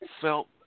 felt